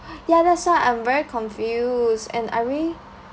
ya that's why I'm very confused and I really